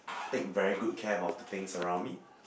take very good care of the things around me